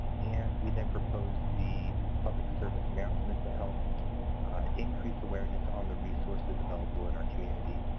and we then proposed the public service announcement to help increase awareness on the resources available in our community.